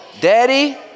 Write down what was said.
daddy